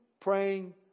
praying